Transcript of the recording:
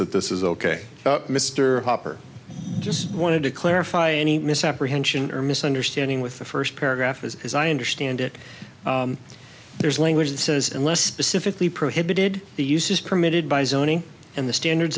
that this is ok mr hopper just wanted to clarify any misapprehension or misunderstanding with the first paragraph is as i understand it there's language that says unless specifically prohibited the use is permitted by zoning and the standards